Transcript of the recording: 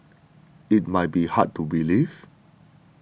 it might be hard to believe